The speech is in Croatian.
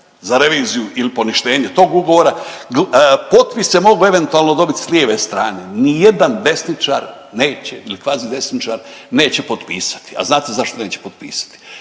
za reviziju il poništenje tog ugovora potpise mogu eventualno dobiti s lijeve strane, ni jedan desničar neće ni kvazidesničar neće potpisati. A znate zašto neće potpisati?